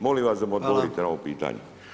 Molim vas da mi odgovorite na ovo pitanje.